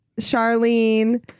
Charlene